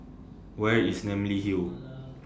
Where IS Namly Hill